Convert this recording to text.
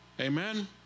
Amen